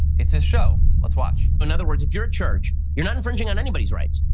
it's his show. let's watch. but in other words, if you're a church, you're not infringing on anybody's rights.